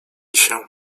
się